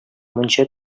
мунча